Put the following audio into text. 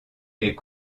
est